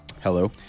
hello